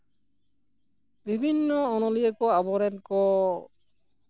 ᱵᱤᱵᱷᱤᱱᱱᱚ ᱚᱱᱚᱞᱤᱭᱟᱹ ᱠᱚ ᱟᱵᱚ ᱨᱮᱱ ᱠᱚ